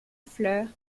fleurs